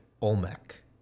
Olmec